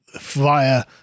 via